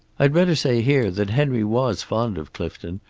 i'd better say here that henry was fond of clifton,